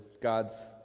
God's